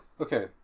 Okay